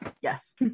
Yes